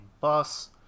bus